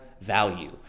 value